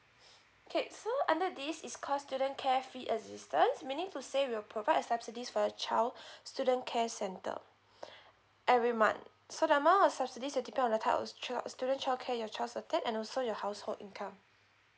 okay so under this is call student care free assistance meaning to say will provide subsidies for your child student care center every month so the amount of subsidy will depend on the type of stu~ student childcare your child attend and also your household income